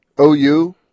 OU